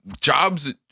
jobs